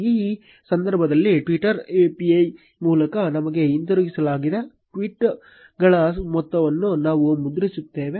ಈ ಸಂದರ್ಭದಲ್ಲಿ twitter API ಮೂಲಕ ನಮಗೆ ಹಿಂತಿರುಗಿಸಲಾದ ಟ್ವೀಟ್ ಗಳ ಮೊತ್ತವನ್ನು ನಾವು ಮುದ್ರಿಸುತ್ತೇವೆ